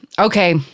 Okay